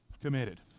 committed